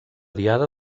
diada